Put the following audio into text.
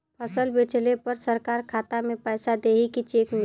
फसल बेंचले पर सरकार खाता में पैसा देही की चेक मिली?